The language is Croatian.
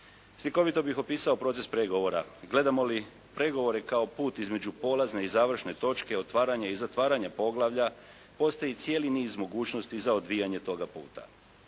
Slikovito bih opisao proces pregovora. Gledamo li pregovore kao put između polazne i završe točke, otvaranja i zatvaranja poglavlja, postoji cijeli niz mogućnosti za odvijanje toga puta.